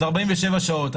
אז 47 שעות.